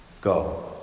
go